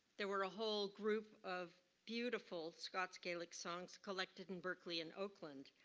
there were a whole group of beautiful scots gaelic songs collected in berkeley in oakland.